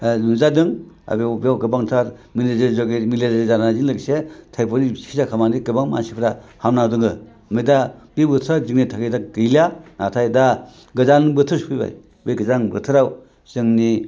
नुजादों आरो बेयाव गोबांथार मेलेरिया जानायजों लोगोसे टायफयडनि सिखिदसा खालामनानै गोबां मानसिफोरा हामना दोङो ओमफ्राय दा बि बोथोरा बुंनो थाङोब्ला गैलिया नाथाय दा गोजां बोथोर सफैबाय गोजां बोथोराव जोंनि